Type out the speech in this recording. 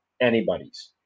anybody's